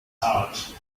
heart